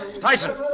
Tyson